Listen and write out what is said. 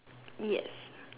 yes